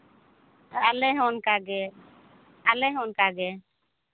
ᱟᱞᱮ ᱦᱚᱸ ᱚᱱᱠᱟᱜᱮ ᱟᱞᱮ ᱦᱚᱸ ᱚᱱᱠᱟᱜᱮ